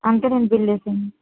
అంతేనండి బిల్ వేసేయి